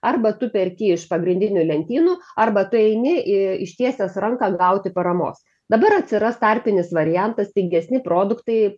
arba tu perki iš pagrindinių lentynų arba tu eini į ištiesęs ranką gauti paramos dabar atsiras tarpinis variantas tingesni produktai